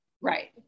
right